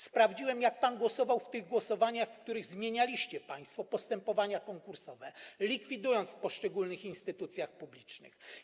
Sprawdziłem, jak pan głosował w tych głosowaniach, w których zmienialiście państwo postępowania konkursowe, likwidując to w poszczególnych instytucjach publicznych.